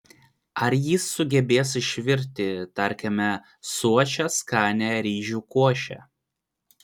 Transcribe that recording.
ar jis sugebės išvirti tarkime sočią skanią ryžių košę